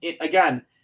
Again